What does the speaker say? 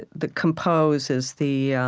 that composes the